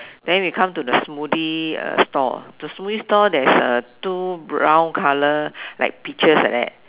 then we come to the smoothie store the smoothie store there's a two brown colour like peaches like that